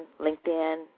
linkedin